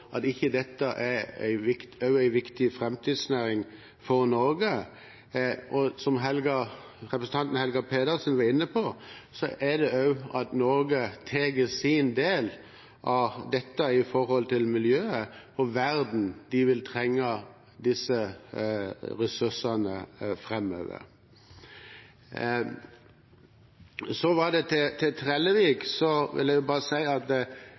deler ikke representanten Fylkesnes’ syn på at dette ikke også er en viktig framtidsnæring for Norge. Som representanten Helga Pedersen var inne på, må også Norge ta sin del av ansvaret når det gjelder miljøet. Verden vil trenge disse ressursene framover. Til Trellevik vil jeg bare si at